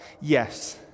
Yes